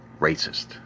racist